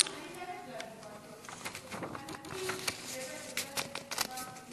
אני חייבת להגיד משהו על השאילתות.